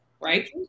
right